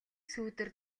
сүүдэр